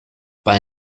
bei